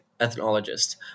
Ethnologist